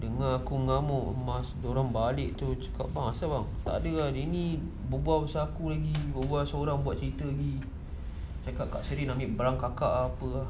dengar aku mengamuk rumah dia orang balik tu cakap bang asal bang takde hari ini berbual pasal aku lagi bual seorang buat cerita lagi cakap kat sini nak ambil barang kakak apa ah